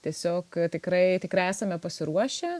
tiesiog tikrai tikrai esame pasiruošę